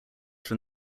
from